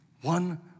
One